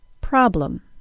problem